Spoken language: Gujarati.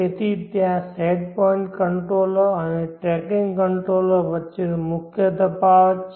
તેથી ત્યાં સેટ પોઇન્ટ કંટ્રોલર અને ટ્રેકિંગ કંટ્રોલર વચ્ચેનો મુખ્ય તફાવત છે